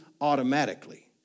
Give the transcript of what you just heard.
automatically